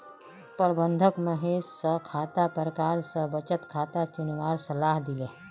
प्रबंधक महेश स खातार प्रकार स बचत खाता चुनवार सलाह दिले